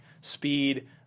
Speed